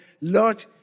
Lord